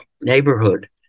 neighborhood